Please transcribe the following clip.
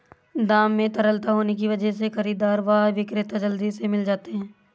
दाम में तरलता होने की वजह से खरीददार व विक्रेता जल्दी से मिल जाते है